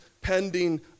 pending